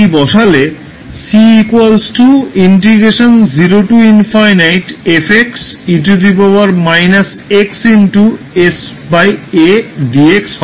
x at dx a dt বসালে 𝑐 হবে